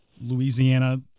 louisiana